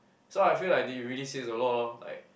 so I feel like they really save a lot lor